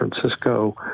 francisco